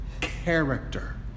character